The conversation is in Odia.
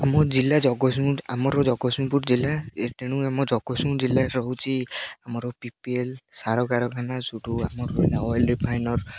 ଆମ ଜିଲ୍ଲା ଜଗତସିଂହପୁର ଆମର ଜଗତସିଂହପୁର ଜିଲ୍ଲା ତେଣୁ ଆମ ଜଗତସିଂହପୁର ଜିଲ୍ଲାରେ ରହୁଛି ଆମର ପି ପି ଏଲ ସାର କାରାଖାନା ସେଇଠୁ ଆମର ରହିଲା ଅଏଲ ରିଫାଇନେରୀ